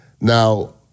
Now